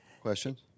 Questions